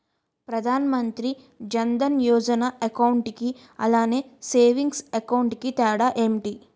Pradhan Mantri Jan Dhan Yojana account కి అలాగే savings account కి తేడా ఏంటి?